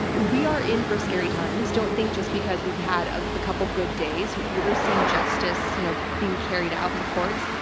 we are in for scary times. don't think just because we've had a couple of good days, we're seeing justice, you know, being carried out in the courts,